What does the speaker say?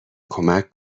کمک